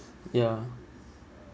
ya